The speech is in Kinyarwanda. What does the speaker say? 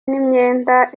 n’imyenda